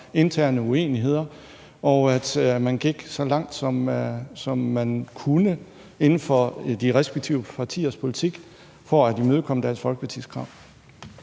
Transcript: interne uenigheder, og at man gik så langt, som man kunne inden for de respektive partiers politik, for at imødekomme Dansk Folkepartis